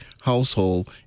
household